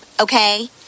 okay